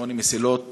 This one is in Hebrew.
שמונה מסילות